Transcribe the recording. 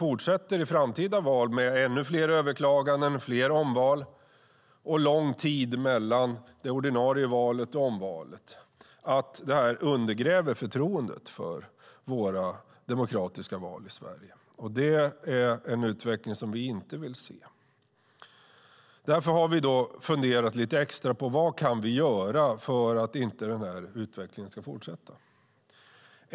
Om utvecklingen med ännu fler överklaganden, fler omval och lång tid mellan det ordinarie valet och omvalet fortsätter i framtida val tror vi att det finns en risk att det undergräver förtroendet för våra demokratiska val i Sverige. Det är en utveckling som vi inte vill se. Därför har vi funderat lite extra på vad vi kan göra för att utvecklingen inte ska fortsätta.